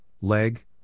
Leg